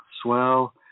swell